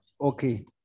Okay